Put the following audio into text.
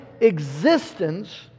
existence